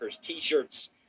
t-shirts